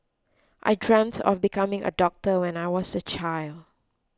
I dreamt of becoming a doctor when I was a child